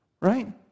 Right